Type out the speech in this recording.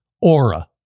Aura